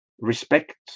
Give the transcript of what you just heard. Respect